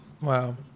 Wow